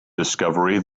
discovery